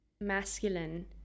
masculine